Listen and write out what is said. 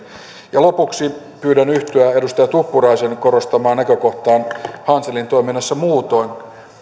ja lopuksi pyydän yhtyä edustaja tuppuraisen korostamaan näkökohtaan hanselin toiminnassa muutoin